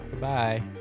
Bye